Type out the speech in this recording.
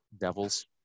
Devils